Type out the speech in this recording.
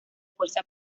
fuerza